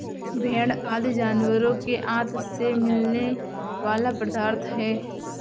भेंड़ आदि जानवरों के आँत से मिलने वाला पदार्थ है